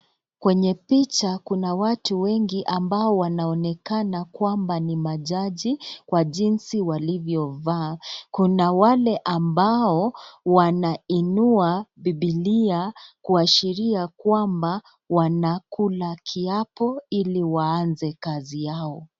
Kwenye picha kuna watu wengi, ambao wanaonekana kwamba ni majaji, kwa jinsi walivyovaa. Kuna wale ambao wanainua Bibilia kuashiria kwamba wanakula kiapo ili waanze kazi yao.